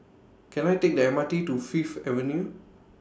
Can I Take The M R T to Fifth Avenue